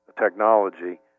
technology